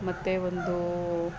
ಮತ್ತು ಒಂದು